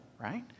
right